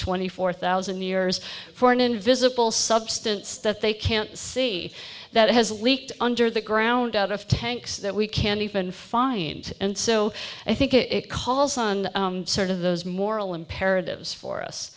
twenty four thousand years for an invisible substance that they can't see that has leaked under the ground out of tanks that we can't even find and so i think it calls on sort of those moral imperatives for us